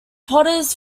potters